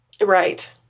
Right